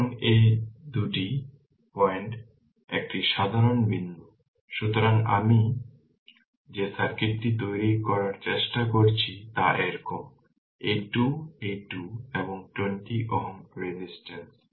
এখন এই দুটি এই দুটি পয়েন্ট একটি সাধারণ বিন্দু সুতরাং মূলত আমি যে সার্কিটটি তৈরি করার চেষ্টা করছি তা এরকম এই 2 এটি 2 এবং এটি 20 Ω রেজিস্টেন্স